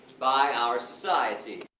by our society.